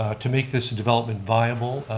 ah to make this development viable,